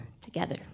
together